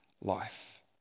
life